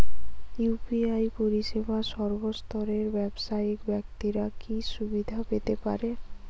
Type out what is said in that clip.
UPI পরিসেবা সর্বস্তরের ব্যাবসায়িক ব্যাক্তিরা কি সুবিধা পেতে পারে?